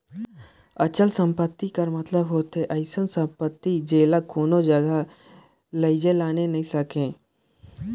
अचल संपत्ति कर मतलब होथे अइसन सम्पति जेला कोनो जगहा लेइजे लाने नी जाए सके